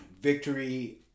victory